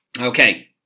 Okay